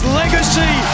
legacy